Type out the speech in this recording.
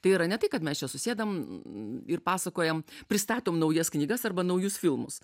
tai yra ne tai kad mes čia su sėdam ir pasakojam pristatom naujas knygas arba naujus filmus